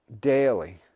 daily